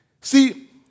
See